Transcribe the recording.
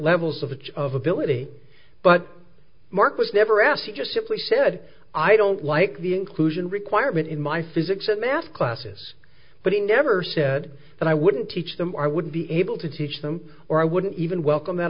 levels of of ability but mark was never asked he just simply said i don't like the inclusion requirement in my physics and math classes but he never said that i wouldn't teach them i wouldn't be able to teach them or i wouldn't even welcome that